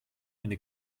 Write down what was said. eine